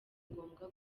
ngombwa